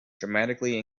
dramatically